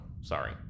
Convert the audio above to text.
Sorry